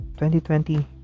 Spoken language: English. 2020